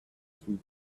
sweet